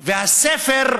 והספר,